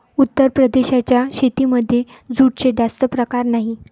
उत्तर प्रदेशाच्या शेतीमध्ये जूटचे जास्त प्रकार नाही